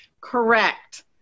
Correct